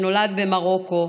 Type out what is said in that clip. שנולד במרוקו,